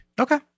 Okay